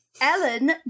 Ellen